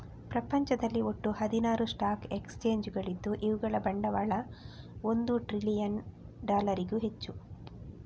ಪ್ರಪಂಚದಲ್ಲಿ ಒಟ್ಟು ಹದಿನಾರು ಸ್ಟಾಕ್ ಎಕ್ಸ್ಚೇಂಜುಗಳಿದ್ದು ಇವುಗಳ ಬಂಡವಾಳ ಒಂದು ಟ್ರಿಲಿಯನ್ ಡಾಲರಿಗೂ ಹೆಚ್ಚು